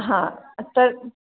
हां तर